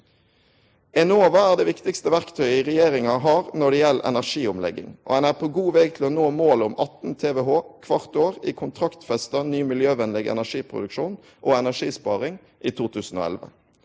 Enova er det viktigaste verktøyet regjeringa har når det gjeld energiomlegging, og ein er på god veg til å nå målet om 18 TWh kvart år i kontraktfesta ny miljøvennleg energiproduksjon og energisparing i 2011.